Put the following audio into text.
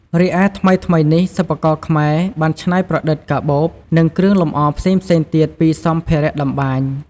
រីឯថ្មីៗនេះ សិប្បករខ្មែរបានច្នៃប្រឌិត កាបូប និងគ្រឿងលម្អផ្សេងៗទៀតពីសម្ភារតម្បាញ។